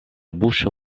buŝo